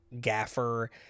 gaffer